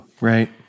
Right